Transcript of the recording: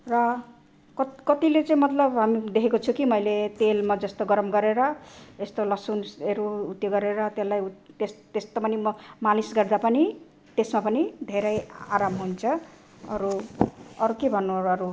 र कत् कतिले चाहिँ मतलब हाम् देखेको छु कि मैले तेलमा जस्तो गरम गरेर यस्तो लसुनहरू उत्यो गरेर त्यसलाई उ त्यस त्यस्तो पनि मा मालिस गर्दा पनि त्यसमा पनि धेरै आराम हुन्छ अरू अरू के भन्नु अरू